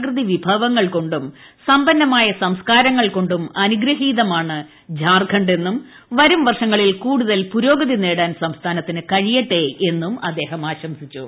പ്രകൃതി വിഭവങ്ങൾ കൊണ്ടും സമ്പന്നമായ സംസ്ക്കാരങ്ങൾ കൊണ്ടും അനുഗ്രഹീതമാണ് ഝാർഖണ്ഡ് എന്നും വരും വർഷങ്ങളിൽ കൂടുതൽ പുരോഗതി നേടാൻ സംസ്ഥാനത്തിന് കഴിയട്ടെയെന്നും അദ്ദേഹം ആശംസിച്ചു